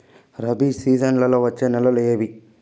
రబి సీజన్లలో వచ్చే నెలలు ఏవి?